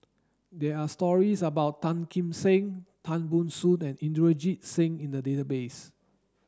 there are stories about Tan Kim Seng Tan Ban Soon and Inderjit Singh in the database